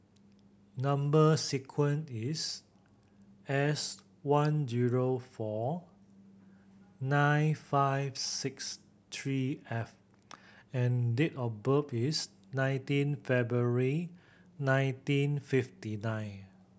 number sequence is S one zero four nine five six three F and date of birth is nineteen February nineteen fifty nine